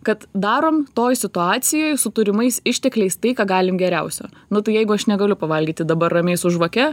kad darom toj situacijoj su turimais ištekliais tai ką galim geriausio nu tai jeigu aš negaliu pavalgyti dabar ramiai su žvake